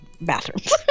bathrooms